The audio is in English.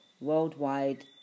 worldwide